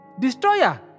Destroyer